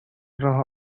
راه